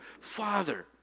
Father